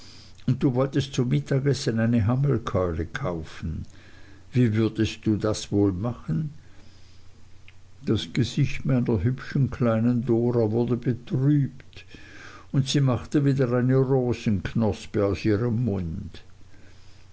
und du wolltest zum mittagessen eine hammelkeule kaufen wie würdest du das wohl machen das gesicht meiner hübschen kleinen dora wurde betrübt und sie machte wieder eine rosenknospe aus ihrem munde